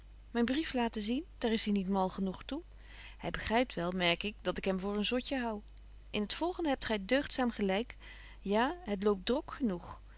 myn brief laten zien daar is hy niet mal genoeg toe hy begrypt wel merk ik dat ik hem voor een zotje hou in het volgende hebt gy deugdzaam gelyk ja het loopt drok genoeg